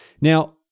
Now